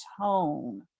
tone